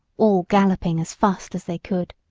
all galloping as fast as they could.